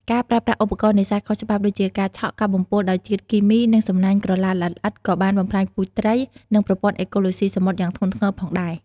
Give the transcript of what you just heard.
ការប្រើប្រាស់ឧបករណ៍នេសាទខុសច្បាប់ដូចជា ការឆក់ ការបំពុលដោយជាតិគីមី និងសំណាញ់ក្រឡាល្អិតៗ ក៏បានបំផ្លាញពូជត្រី និងប្រព័ន្ធអេកូឡូស៊ីសមុទ្រយ៉ាងធ្ងន់ធ្ងរផងដែរ។